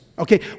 Okay